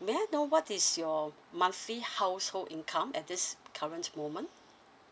may I know what is your monthly household income at this current moment